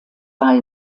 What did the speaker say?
war